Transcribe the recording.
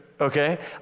Okay